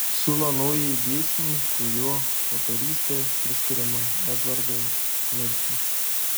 siūlo naująjį dėsnį kurio autorystė priskiriama edvardui merfiui